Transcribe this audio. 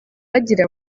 bagira